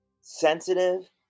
sensitive